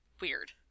weird